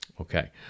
Okay